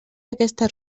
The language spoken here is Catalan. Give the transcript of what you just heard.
aquesta